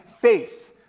faith